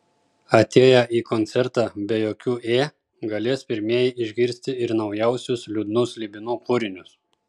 atėję į koncertą be jokių ė galės pirmieji išgirsti ir naujausius liūdnų slibinų kūrinius